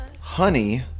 honey